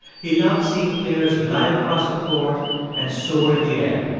he loved seeing players glide across the court and soar in the air.